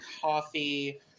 coffee